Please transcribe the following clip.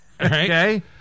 Okay